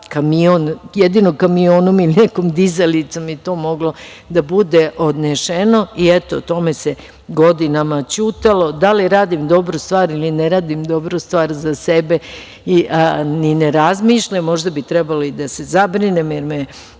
jedino kamionom ili nekom dizalicom je to moglo da bude odnešeno. Eto, o tome se godinama ćutalo. Da li radim dobru stvar ili ne radim dobru stvar za sebe ni ne razmišljam. Možda bi trebalo i da se zabrinem, jer me